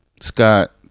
Scott